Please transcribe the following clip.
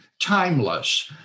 timeless